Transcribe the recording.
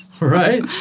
right